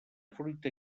fruita